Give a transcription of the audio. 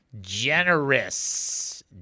Generous